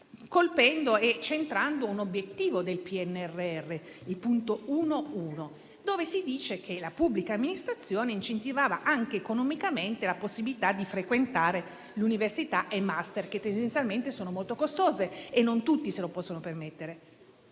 funzionari, centrando un obiettivo del PNRR, il punto 1.1, nel quale si dice che la pubblica amministrazione incentiva anche economicamente la possibilità di frequentare università e master, che tendenzialmente sono molto costosi, per cui non tutti possono permetterseli.